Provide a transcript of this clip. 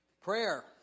Prayer